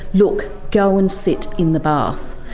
look, go and sit in the bath.